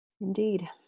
indeed